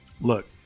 Look